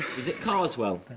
is it carswell?